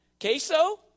Queso